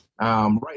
Right